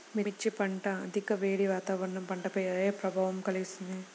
మిర్చి పంట అధిక వేడి వాతావరణం పంటపై ఏ ప్రభావం కలిగిస్తుంది?